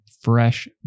fresh